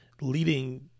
leading